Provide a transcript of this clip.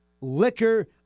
liquor